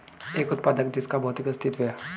एक उत्पाद जिसका भौतिक अस्तित्व है?